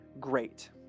great